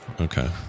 Okay